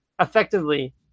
effectively